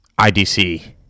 IDC